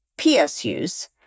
PSUs